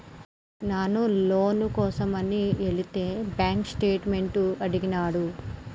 నాను లోను కోసమని ఎలితే బాంక్ స్టేట్మెంట్ అడిగినాడు